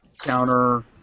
Counter